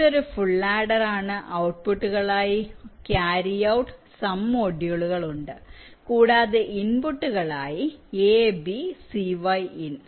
ഇത് ഒരു ഫുൾ ആഡറാണ് ഔട്ട്പുട്ടുകളായി ക്യാരി ഔട്ട് സം മൊഡ്യൂളുകൾ ഉണ്ട് കൂടാതെ ഇൻപുട്ടുകളായി a b cy in